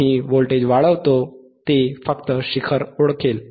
आम्ही व्होल्टेज वाढवतो ते फक्त शिखर ओळखेल